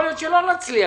יכול להיות שלא נצליח.